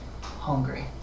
hungry